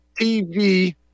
TV